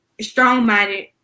strong-minded